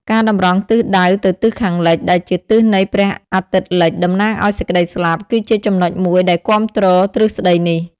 ការតម្រង់ទិសដៅទៅទិសខាងលិច ដែលជាទិសនៃព្រះអាទិត្យលិច តំណាងឲ្យសេចក្តីស្លាប់ គឺជាចំណុចមួយដែលគាំទ្រទ្រឹស្តីនេះ។